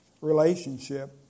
relationship